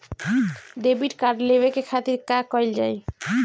Debit card लेवे के खातिर का कइल जाइ?